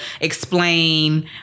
explain